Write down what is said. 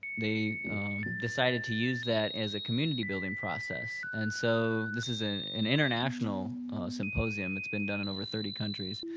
they decided to use that as a community building process. and so this is an an international symposium that's been done in over thirty countries